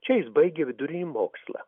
čia jis baigė vidurinį mokslą